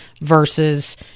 versus